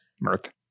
Mirth